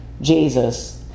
Jesus